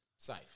Safe